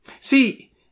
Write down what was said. See